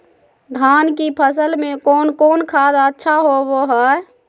धान की फ़सल में कौन कौन खाद अच्छा होबो हाय?